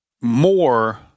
more